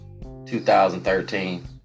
2013